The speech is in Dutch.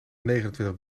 negenentwintig